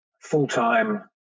full-time